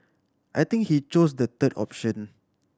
I think he chose the third option